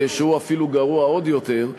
שהוא אפילו גרוע עוד יותר,